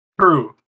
True